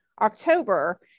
October